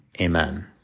Amen